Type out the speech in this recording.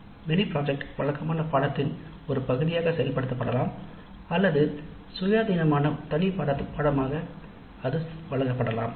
mini project ஆனது வழக்கமான பாடத்தின் ஒரு பகுதியாக செயல்படுத்தப்படலாம் அல்லது சுயாதீனமான தனி பாடநெறி திட்டமாக அது ஒரு வழங்கப்படலாம்